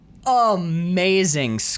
amazing